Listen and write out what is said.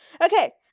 Okay